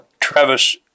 Travis